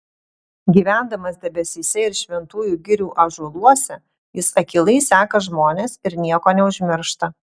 gyvendamas debesyse ir šventųjų girių ąžuoluose jis akylai seka žmones ir nieko neužmiršta